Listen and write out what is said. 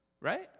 right